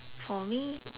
for me